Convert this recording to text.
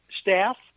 staff